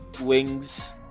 wings